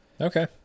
Okay